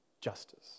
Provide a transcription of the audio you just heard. justice